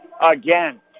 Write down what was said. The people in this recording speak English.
Again